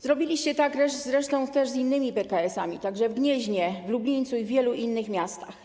Zrobiliście tak zresztą też z innymi PKS-ami, także w Gnieźnie, w Lublińcu i w wielu innych miastach.